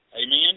Amen